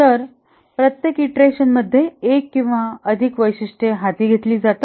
तर प्रत्येक ईंटरेशनमध्ये एक किंवा अधिक वैशिष्ट्ये हाती घेतली जातात